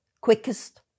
quickest